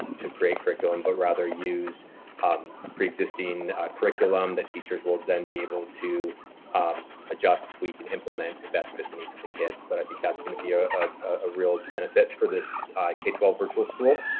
to create curriculum, but rather use preexisting curriculum that teachers will then be able to adjust, tweak and implement to best fit the needs of the kids. so but i think that's going to be a, a real benefit for this k twelve virtual school.